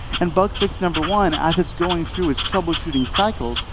and bug fix number one, as it's going through its troubleshooting cycles,